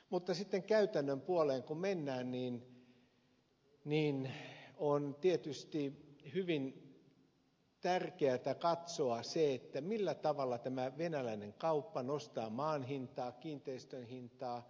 mutta sitten kun käytännön puoleen mennään on tietysti hyvin tärkeätä katsoa se millä tavalla tämä venäläinen maa ja kiinteistökauppa nostaa maan ja kiinteistöjen hintaa